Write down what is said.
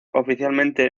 oficialmente